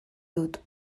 dut